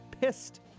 pissed